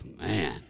man